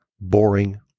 boring